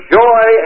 joy